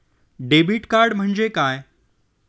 Debit card म्हणजे काय?